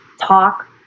talk